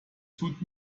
tut